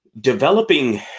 developing